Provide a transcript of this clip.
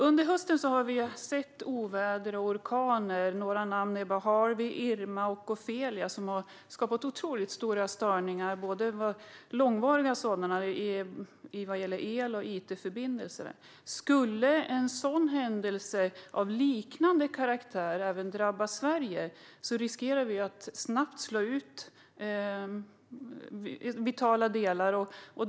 Under hösten har vi sett oväder och orkaner - några namn är Harvey, Irma och Ophelia - som har skapat otroligt stora och långvariga störningar vad gäller el och it-förbindelser. Skulle en händelse av liknande karaktär drabba Sverige riskerar vi att vitala delar snabbt slås ut.